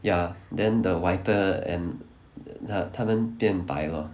ya then the whiter and 他他们变白 lor